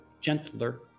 gentler